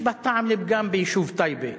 יש בה טעם לפגם ביישוב טייבה.